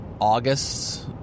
August